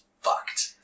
fucked